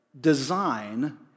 design